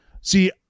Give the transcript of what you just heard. See